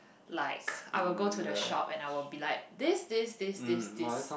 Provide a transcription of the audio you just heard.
like I will go to the shop and I will be like this this this this this